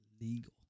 Legal